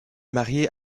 mariée